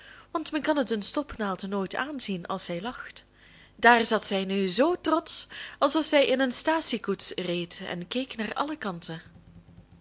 want men kan het een stopnaald nooit aanzien als zij lacht daar zat zij nu zoo trotsch alsof zij in een staatsiekoets reed en keek naar alle kanten